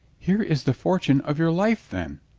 here is the fortune of your life, then.